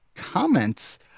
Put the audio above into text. Comments